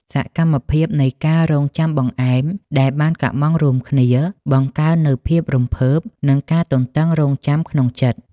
សកម្មភាពនៃការរង់ចាំបង្អែមដែលបានកុម្ម៉ង់រួមគ្នា បង្កើននូវភាពរំភើប និងការទន្ទឹងរង់ចាំក្នុងចិត្ត។